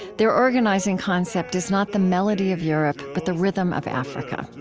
their organizing concept is not the melody of europe, but the rhythm of africa.